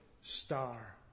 star